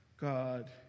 God